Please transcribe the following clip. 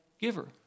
giver